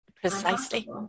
Precisely